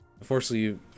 Unfortunately